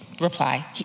reply